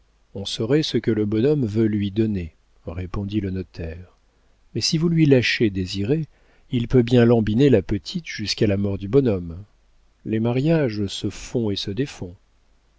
on saurait ce que le bonhomme veut lui donner répondit le notaire mais si vous lui lâchez désiré il peut bien lambiner la petite jusqu'à la mort du bonhomme les mariages se font et se défont